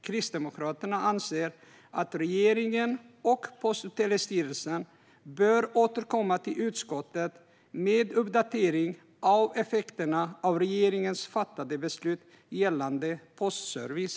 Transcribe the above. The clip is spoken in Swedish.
Kristdemokraterna anser att regeringen och Post och telestyrelsen bör återkomma till utskottet med en uppdatering av effekterna av regeringens fattade beslut gällande postservice.